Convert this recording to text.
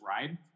ride